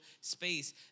space